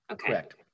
Correct